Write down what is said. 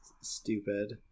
stupid